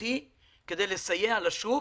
משמעותי כדי לסייע לשוק